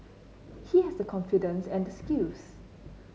he has the confidence and the skills